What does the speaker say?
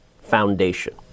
foundation